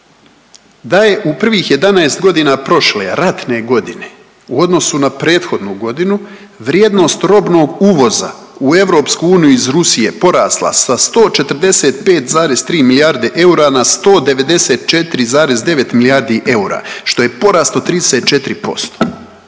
da je u prvih 11 godina prošle ratne godine u odnosu na prethodnu godinu vrijednost robnog uvoza u EU iz Rusije porasla sa 145,3 milijarde na 194,9 milijardi eura što je poraz od 34%.